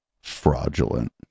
fraudulent